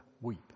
weep